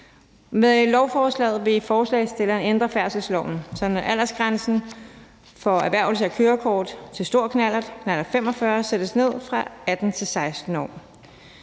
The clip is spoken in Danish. Med forslaget vil forslagsstillerne ændre færdselsloven, sådan at aldersgrænsen for erhvervelse af kørekort til stor knallert, knallert 45, sættes ned fra 18 til 16 år.